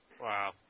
Wow